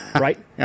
Right